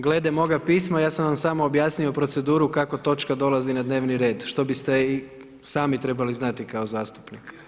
Glede moga pisma, ja sam vam samo objasnio proceduru kako točka dolazi na dnevni red, što biste i sami trebali znati kao zastupnik.